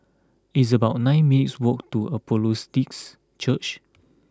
it's about nine minutes' walk to Church